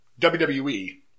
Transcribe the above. WWE